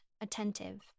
attentive